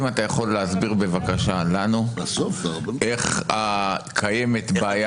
אם אתה יכול בבקשה להסביר לנו איך קיימת בעיה